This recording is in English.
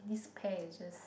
this pair is just